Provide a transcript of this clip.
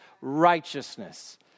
righteousness